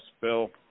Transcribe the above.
Bill